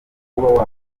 kuba